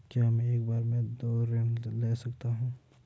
क्या मैं एक बार में दो ऋण ले सकता हूँ?